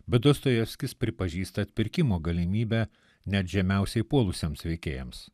bet dostojevskis pripažįsta atpirkimo galimybę net žemiausiai puolusiems veikėjams